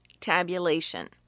tabulation